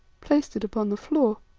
placed it upon the floor.